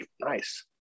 nice